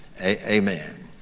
Amen